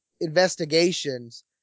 investigations